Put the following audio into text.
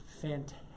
fantastic